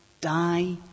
die